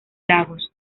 lagos